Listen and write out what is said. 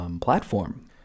platform